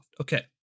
Okay